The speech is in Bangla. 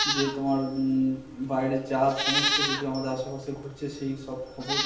যে তোমার বাইরের যা সমস্ত কিছু আমাদের আশেপাশে ঘটছে সেই সব খবর